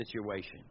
situation